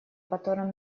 которым